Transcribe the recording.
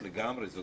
סמכות, לגמרי.